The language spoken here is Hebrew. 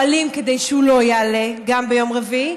אכן גורמים בקואליציה פועלים כדי שהוא לא יעלה גם ביום רביעי,